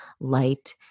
light